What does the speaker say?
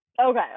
Okay